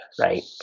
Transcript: right